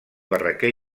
barraquer